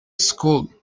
school